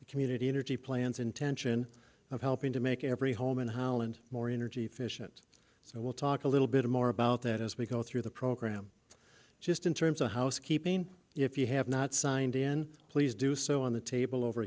the community energy plans intention of helping to make every home in holland more energy efficient so we'll talk a little bit more about that as we go through the program just in terms of housekeeping if you have not signed in please do so on the table over